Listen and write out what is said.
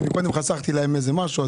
כי מקודם חסכתי להם איזה משהו.